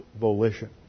volition